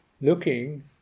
looking